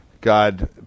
God